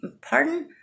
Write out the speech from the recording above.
pardon